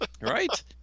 Right